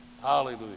Hallelujah